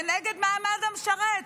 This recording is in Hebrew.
כנגד המעמד המשרת?